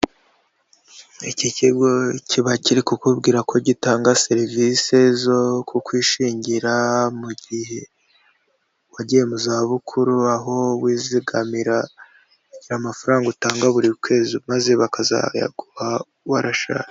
Ik kigo kiba kiri kukubwira ko gitanga serivisi zo kukwishingira mu gihe wagiye mu zabukuru, aho wizigamira amafaranga utanga buri kwezi maze bakazayaguha warashaje.